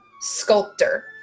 sculptor